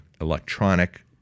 electronic